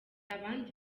abandi